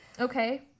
okay